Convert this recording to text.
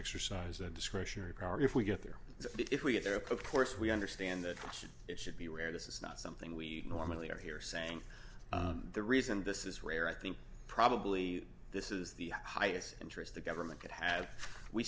exercise a discretionary power if we get there so if we get there of course we understand that it should be aware this is not something we normally are here saying the reason this is rare i think probably this is the highest interest the government could have we